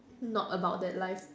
not about that life